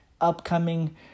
upcoming